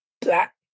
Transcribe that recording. black